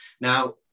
Now